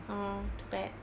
oh too bad